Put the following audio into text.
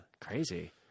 Crazy